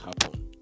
happen